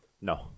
No